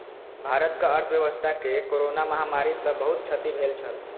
भारतक अर्थव्यवस्था के कोरोना महामारी सॅ बहुत क्षति भेल छल